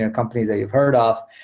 ah companies that you've heard of.